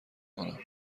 کنم